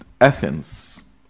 Athens